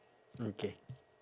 okay